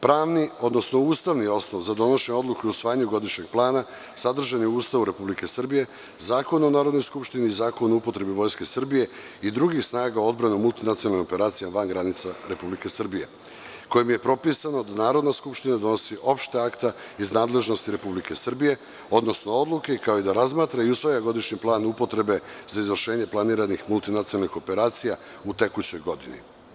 Pravni, odnosno ustavni osnov za donošenje odluka o usvajanju godišnjeg plana sadržan je u Ustavu Republike Srbije, Zakon o Narodnoj skupštini i Zakon o upotrebi Vojske Srbije i drugih snaga odbrane u multinacionalnim operacijama van granica Republike Srbije, kojim je propisano da Narodna skupština donosi opšta akta iz nadležnosti Republike Srbije, odnosno odluke, kao i da razmatra i usvaja godišnji plan upotrebe za izvršenje planiranih multinacionalnih operacija u tekućoj godini.